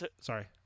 Sorry